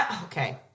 Okay